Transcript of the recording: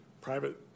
private